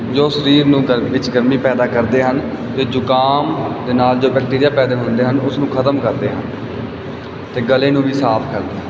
ਜੋ ਸਰੀਰ ਨੂੰ ਗਰਮੀ ਵਿੱਚ ਗਰਮੀ ਪੈਦਾ ਕਰਦੇ ਹਨ ਤੇ ਜੁਕਾਮ ਦੇ ਨਾਲ ਜੋ ਬੈਕਟੀਰੀਆ ਪੈਦਾ ਹੁੰਦੇ ਹਨ ਉਸ ਨੂੰ ਖਤਮ ਕਰਦੇ ਤੇ ਗਲੇ ਨੂੰ ਵੀ ਸਾਫ ਕਰ ਕਰਦੇ ਹਨ